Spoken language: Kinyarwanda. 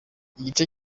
igice